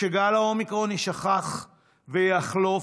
כשגל האומיקרון ישכך ויחלוף,